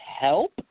help